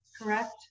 correct